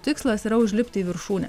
tikslas yra užlipti į viršūnę